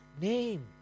name